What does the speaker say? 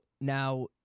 now